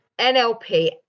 NLP